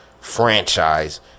franchise